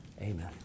Amen